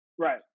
Right